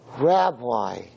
Rabbi